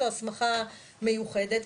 זו הסמכה מיוחדת.